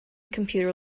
computer